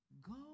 Go